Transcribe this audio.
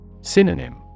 Synonym